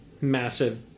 massive